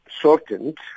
shortened